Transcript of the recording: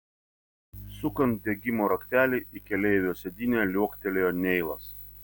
sukant degimo raktelį į keleivio sėdynę liuoktelėjo neilas